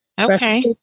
okay